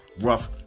rough